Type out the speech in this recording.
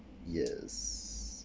yes